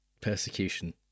Persecution